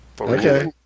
Okay